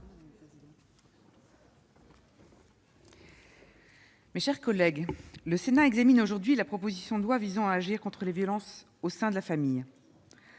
mes chers collègues, le Sénat examine aujourd'hui la proposition de loi visant à agir contre les violences au sein de la famille.